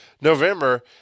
November